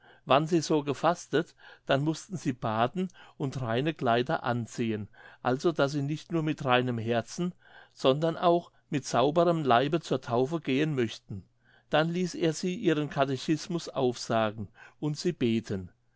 wann sie so gefastet dann mußten sie baden und reine kleider anziehen also daß sie nicht nur mit reinem herzen sondern auch mit sauberem leibe zur taufe gehen möchten dann ließ er sie ihren catechismus aufsagen und sie beten